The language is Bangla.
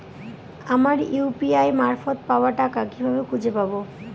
আমার ইউ.পি.আই মারফত পাওয়া টাকা কিভাবে খুঁজে পাব?